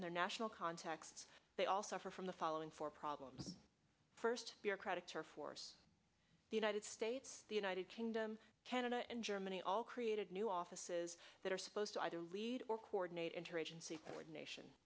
their national contexts they all suffer from the following four problems first bureaucratic turf wars the united states the united kingdom canada and germany all created new offices that are supposed to either lead or coordinate interagency coordination